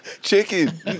Chicken